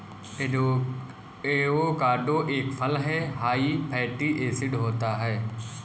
avocado एक फल हैं हाई फैटी एसिड होता है